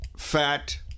Fat